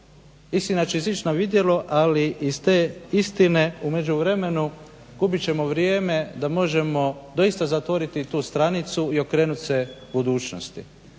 istina će izaći na vidjelo ali iz te istine u međuvremenu gubit ćemo vrijeme da možemo doista zatvoriti tu stranicu i okrenuti se budućnosti.